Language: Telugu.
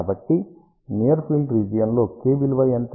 కాబట్టి నియర్ ఫీల్డ్ రీజియన్ లో k విలువ ఎంత